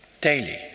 Daily